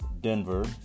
Denver